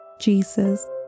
Jesus